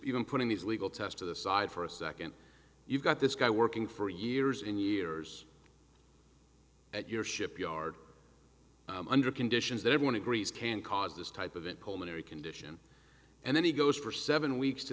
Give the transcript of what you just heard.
even putting these legal test to the side for a second you've got this guy working for years and years at your shipyard under conditions that everyone agrees can cause this type of it pulmonary condition and then he goes for seven weeks to